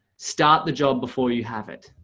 start the job before you have it.